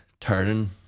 turning